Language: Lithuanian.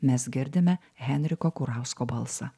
mes girdime henriko kurausko balsą